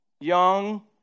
Young